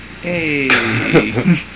Hey